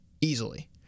easily